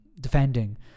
defending